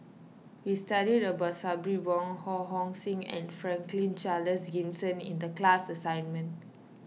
we studied about Sabri Buang Ho Hong Sing and Franklin Charles Gimson in the class assignment